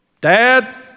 Dad